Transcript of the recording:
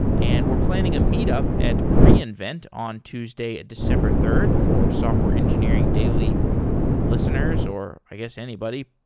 and we're planning a meet up at reinvent on tuesday, december third for software engineering daily listeners, or i guess anybody.